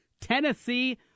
Tennessee